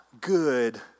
good